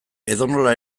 edonola